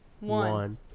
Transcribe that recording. one